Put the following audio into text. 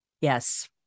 Yes